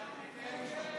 הודעת הממשלה